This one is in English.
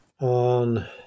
on